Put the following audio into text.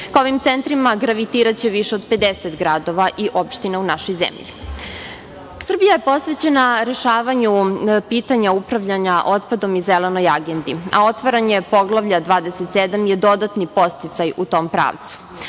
centrima gravitiraće više od 50 gradova i opština u našoj zemlji. Srbija je posvećena rešavanju pitanja upravljanja otpadom i zelenoj agendi, a otvaranje Poglavlja 27 je dodatni podsticaj u tom